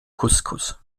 couscous